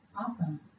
Awesome